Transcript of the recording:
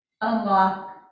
unlock